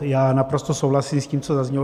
Já naprosto souhlasím s tím, co zaznělo.